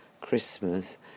Christmas